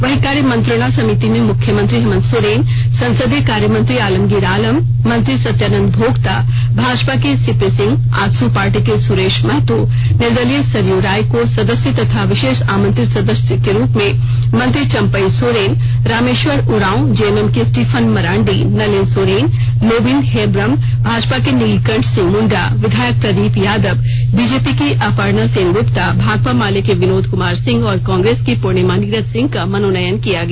वहीं कार्यमंत्रणा समिति में मुख्यमत्री हेमंत सोरेन संसदीय कार्यमंत्री आलमगीर आलम मंत्री सत्यानंद भोक्ता भाजपा के सीपी सिंह आजसू पार्टी के सुरेश महतो निर्दलीय सरयू राय को सदस्य तथा विशेष आमंत्रित सदस्य के रूप में मंत्री चंपई सोरेन रामेश्वर उरांव जेएमएम के स्टीफन मरांडी नलिन सोरेन लोबिन हेम्ब्रम भाजपा के नीलकंठ सिंह मुंडा विधायक प्रदीप यादव बीजेपी की अपर्णासेन गुप्ता भाकपा माले के विनोद कुमार सिंह और कांग्रेस की पूर्णिमा नीरज सिंह का मनोनयन किया गया